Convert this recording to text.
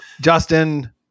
justin